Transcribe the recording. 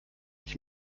ich